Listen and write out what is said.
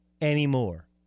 anymore